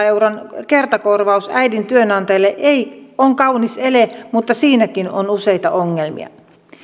euron kertakorvaus äidin työnantajalle on kaunis ele mutta siinäkin on useita ongelmia